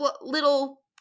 little